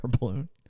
balloon